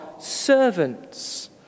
servants